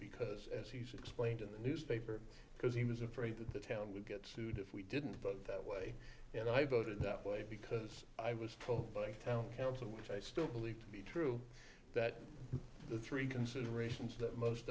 because as he's explained in the newspaper because he was afraid that the town would get sued if we didn't vote that way and i voted that way because i was told by the town council which i still believe to be true that the three considerations that most